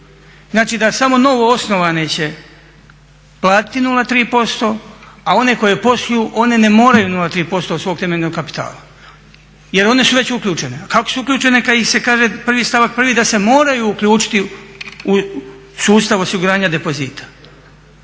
Znači da samo novo osnovane će platiti 0,3%, a one koje posluju one ne moraju 0,3% od svog temeljnog kapitala jer one su već uključene. A kako su uključene kad ih se kaže, prvi, stavak prvi da se moraju uključiti u sustav osiguranja depozita.